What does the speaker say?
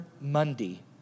Mundi